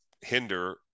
hinder